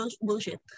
bullshit